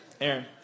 Aaron